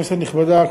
כנסת נכבדה,